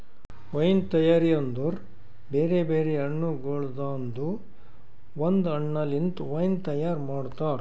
wine ತೈಯಾರಿ ಅಂದುರ್ ಬೇರೆ ಬೇರೆ ಹಣ್ಣಗೊಳ್ದಾಂದು ಒಂದ್ ಹಣ್ಣ ಲಿಂತ್ ವೈನ್ ತೈಯಾರ್ ಮಾಡ್ತಾರ್